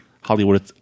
Hollywood